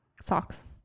Socks